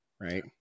right